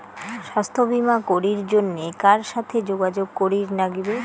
স্বাস্থ্য বিমা করির জন্যে কার সাথে যোগাযোগ করির নাগিবে?